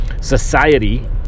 society